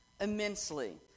immensely